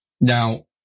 Now